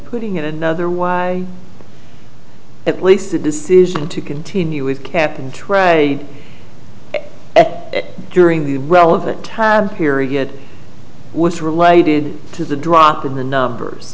putting in another why at least the decision to continue with cap and trade at during the relevant tab period was related to the drop in the numbers